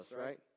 right